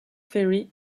ferry